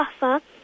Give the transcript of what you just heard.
buffer